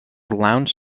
lounge